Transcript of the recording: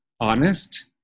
honest